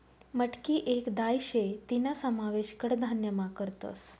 मटकी येक दाय शे तीना समावेश कडधान्यमा करतस